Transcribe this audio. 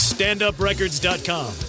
StandUpRecords.com